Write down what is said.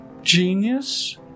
Genius